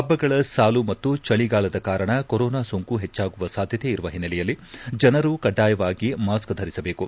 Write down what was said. ಹಬ್ಬಗಳ ಸಾಲು ಮತ್ತು ಚಳಿಗಾಲದ ಕಾರಣ ಕೊರೋನಾ ಸೋಂಕು ಹೆಚ್ಚಾಗುವ ಸಾಧ್ಯತೆ ಇರುವ ಹಿನ್ನೆಲೆಯಲ್ಲಿ ಜನರು ಕಡ್ಡಾಯವಾಗಿ ಮಾಸ್ಕ್ ಧರಿಸಬೇಕು